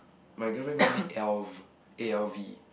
my girlfriend calls me Alv A L V